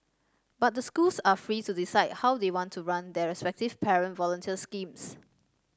but the schools are free to decide how they want to run their respective parent volunteer schemes